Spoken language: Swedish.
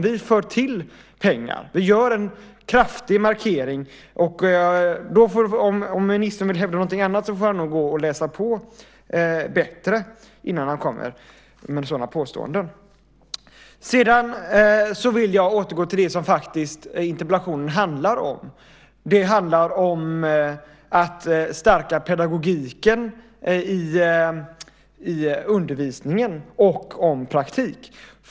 Vi tillför pengar. Vi gör en kraftig markering. Om ministern vill hävda något annat får han läsa på bättre innan han kommer med sådana påståenden. Jag vill återgå till det som interpellationen handlar om. Den handlar om att stärka pedagogiken i undervisningen och om praktik.